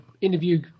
interview